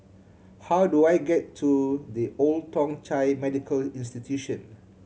how do I get to The Old Thong Chai Medical Institution